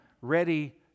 ready